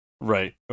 Right